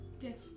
Yes